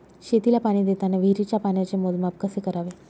शेतीला पाणी देताना विहिरीच्या पाण्याचे मोजमाप कसे करावे?